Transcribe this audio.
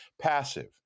Passive